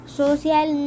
social